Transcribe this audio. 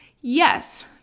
Yes